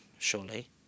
Surely